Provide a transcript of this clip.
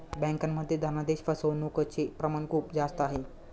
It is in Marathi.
बँकांमध्ये धनादेश फसवणूकचे प्रमाण खूप जास्त आहे